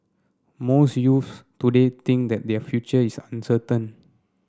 most youths today think that their future is uncertain